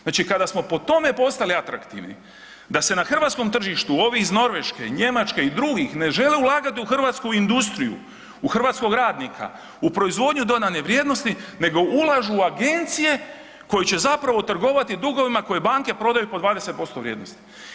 Znači kada smo po tome postali atraktivni da se na hrvatskom tržištu ovi iz Norveške, Njemačke i drugih ne žele ulagati u hrvatsku industriju, u hrvatskog radnika, u proizvodnju dodane vrijednosti nego ulažu u agencije koje će zapravo trgovati dugovima koje banke prodaju po 20% vrijednosti.